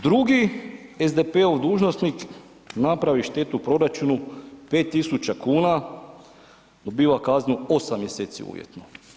Drugi SDP-ov dužnosnik napravi štetu u proračunu 5000 kuna, dobiva kaznu 8 mj. uvjetno.